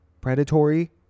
Predatory